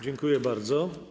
Dziękuję bardzo.